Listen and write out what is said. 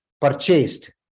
purchased